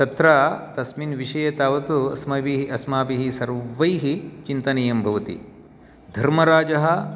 तत्र तस्मिन् विषये तावत् अस्माभिः सर्वैः चिन्तनीयं भवति धर्मराजः